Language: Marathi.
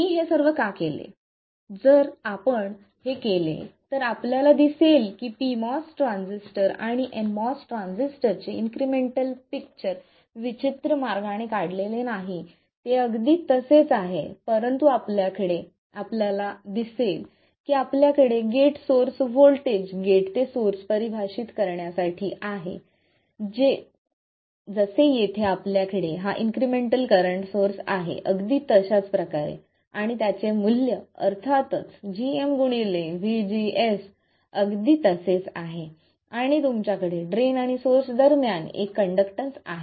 मी हे सर्व का केले जर आपण हे केले तर आपल्याला दिसेल की pMOS ट्रान्झिस्टर आणि nMOS ट्रान्झिस्टरचे इन्क्रिमेंटल पिक्चर विचित्र मार्गाने काढलेले नाही ते अगदी तसेच आहे परंतु आपल्याला दिसेल की आपल्याकडे गेट सोर्स व्होल्टेज गेट ते सोर्स परिभाषित करण्यासाठी आहे येथे जसे आपल्याकडे हा इन्क्रिमेंटल करंट सोर्स आहे अगदी तशाच प्रकारे आणि त्याचे मूल्य अर्थातच gm vGS अगदी तसेच आहे आणि तुमच्याकडे ड्रेन आणि सोर्स दरम्यान एक कंडक्टन्स आहे